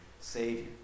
Savior